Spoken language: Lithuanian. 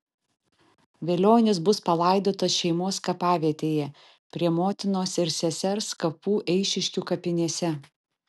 velionis bus palaidotas šeimos kapavietėje prie motinos ir sesers kapų eišiškių kapinėse